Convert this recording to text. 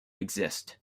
exist